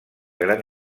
gran